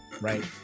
right